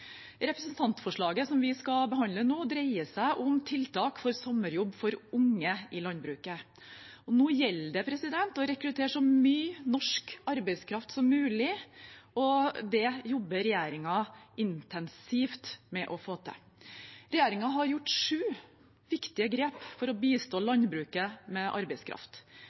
Representantforslaget vi skal behandle nå, dreier seg om tiltak for sommerjobb for unge i landbruket. Nå gjelder det å rekruttere så mye norsk arbeidskraft som mulig, og det jobber regjeringen intensivt med å få til. Regjeringen har tatt sju viktige grep for å bistå landbruket med arbeidskraft: